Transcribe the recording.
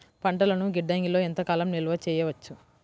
పంటలను గిడ్డంగిలలో ఎంత కాలం నిలవ చెయ్యవచ్చు?